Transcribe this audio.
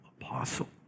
apostle